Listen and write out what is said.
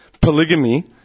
Polygamy